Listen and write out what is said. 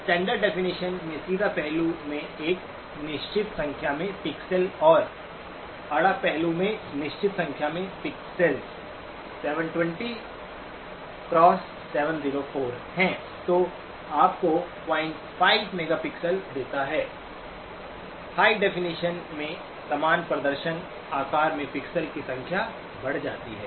standard definition में सीधा पहलू में एक निश्चित संख्या में पिक्सेल और आड़ा पहलू में निश्चित संख्या में पिक्सेल 720 704 हैं जो आपको 05 मेगापिक्सेल देता है हाई फिनिशन में समान प्रदर्शन आकार में पिक्सेल की संख्या बढ़ जाती है